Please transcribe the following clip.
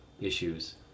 issues